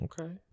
Okay